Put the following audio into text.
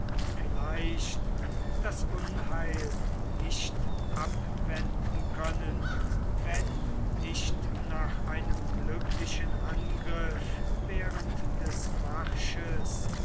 vielleicht das unheil nicht abwenden können wenn nicht nach einem glücklichen angriff während des marsches